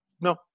no